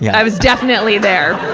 yeah i was definitely there.